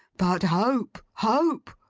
but hope, hope,